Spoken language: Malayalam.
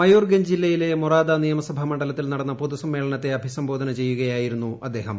മയൂർ ഗഞ്ച് ജില്ലയിലെ മൊറാദ നിയമസഭാ മണ്ഡലത്തിൽ നടന്ന പൊതുസമ്മേളനത്തെ അഭിസംബോധന ചെയ്യുകയായിരുന്നു അദ്ദേഹം